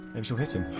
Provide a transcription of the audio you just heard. and she'll hit him.